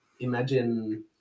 imagine